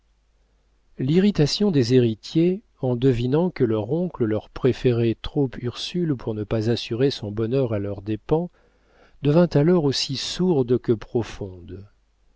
l'irritation des héritiers en devinant que leur oncle leur préférait trop ursule pour ne pas assurer son bonheur à leurs dépens devint alors aussi sourde que profonde